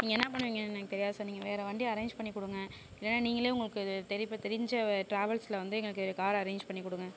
நீங்கள் என்ன பண்ணுவீங்கன்னு எனக்கு தெரியாது சார் நீங்கள் வேறு வண்டியை அரேஞ்ச் பண்ணி கொடுங்க இல்லைன்னா நீங்களே உங்களுக்கு தெரிய தெரிஞ்ச டிராவல்ஸில் வந்து எங்களுக்கு கார் அரேஞ்ச் பண்ணி கொடுங்க சார்